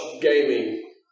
gaming